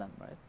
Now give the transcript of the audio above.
right